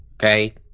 Okay